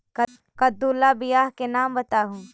कददु ला बियाह के नाम बताहु?